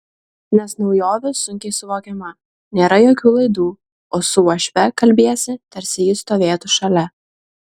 nes naujovė sunkiai suvokiama nėra jokių laidų o su uošve kalbiesi tarsi ji stovėtų šalia